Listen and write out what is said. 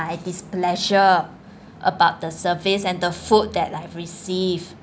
my displeasure about the service and the food that I've received